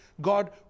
God